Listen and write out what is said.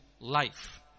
life